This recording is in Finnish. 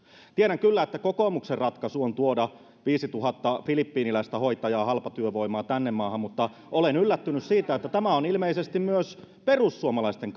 tiedän kyllä että kokoomuksen ratkaisu on tuoda viisituhatta filippiiniläistä hoitajaa halpatyövoimaa tähän maahan mutta olen yllättynyt siitä että tämä on ilmeisesti myös perussuomalaisten